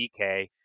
DK